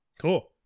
Cool